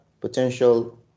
potential